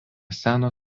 seno